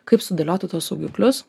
kaip sudėliotų tuos saugiklius